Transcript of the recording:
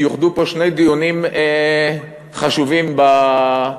יוחדו פה שני דיונים חשובים במליאה,